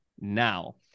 now